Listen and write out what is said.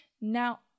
Now